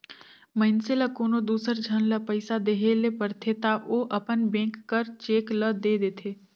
मइनसे ल कोनो दूसर झन ल पइसा देहे ले रहथे ता ओ अपन बेंक कर चेक ल दे देथे